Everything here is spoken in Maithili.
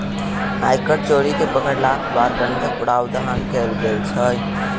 आयकर चोरी मे पकड़यलाक बाद दण्डक प्रावधान कयल गेल छै